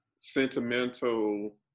sentimental